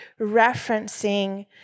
referencing